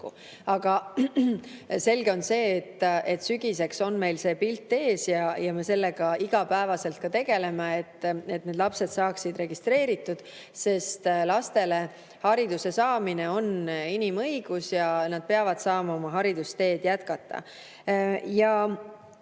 Aga selge on see, et sügiseks on meil pilt ees. Me sellega igapäevaselt ka tegeleme, et need lapsed saaksid registreeritud, sest lastel on hariduse saamine inimõigus ja nad peavad saama oma haridusteed jätkata.